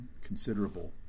considerable